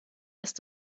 ist